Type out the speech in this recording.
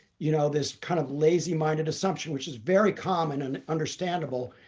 you know, this kind of lazy-minded assumption, which is very common and understandable,